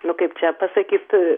nu kaip čia pasakyt